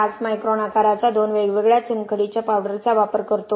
5 micron आकाराच्या दोन वेगवेगळ्या चुनखडीच्या पावडरचा वापर करतो